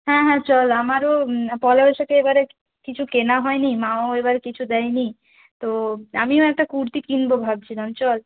হ্যাঁ হ্যাঁ চল আমারও পয়লা বৈশাখে এবারে কিছু কেনা হয়নি মাও এবার কিছু দেয়নি তো আমিও একটা কুর্তি কিনব ভাবছিলাম চল